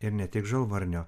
ir ne tik žalvarnio